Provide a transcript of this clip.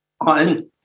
on